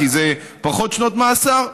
כי זה פחות שנות מאסר,